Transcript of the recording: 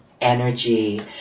energy